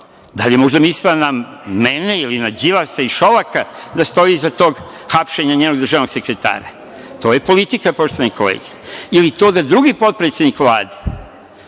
Da li je možda mislila na mene ili na Đilasa i Šolaka da stoji iza tog hapšenja njenog državnog sekretara? To je politika, poštovane kolege. Ili to da drugi potpredsednik Vlade,